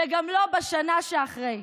וגם לא בשנה שאחרי.